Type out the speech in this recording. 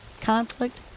conflict